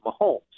Mahomes